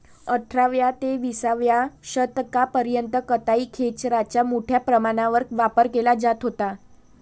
अठराव्या ते विसाव्या शतकापर्यंत कताई खेचराचा मोठ्या प्रमाणावर वापर केला जात होता